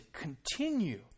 continue